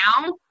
now